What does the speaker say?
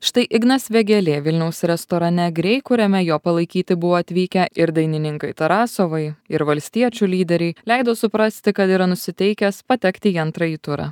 štai ignas vėgėlė vilniaus restorane grey kuriame jo palaikyti buvo atvykę ir dainininkai tarasovai ir valstiečių lyderiai leido suprasti kad yra nusiteikęs patekti į antrąjį turą